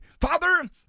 Father